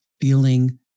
feeling